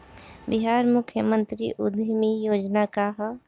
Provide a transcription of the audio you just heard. बिहार मुख्यमंत्री उद्यमी योजना का है?